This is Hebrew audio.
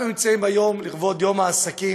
אנחנו נמצאים פה היום לכבוד יום העסקים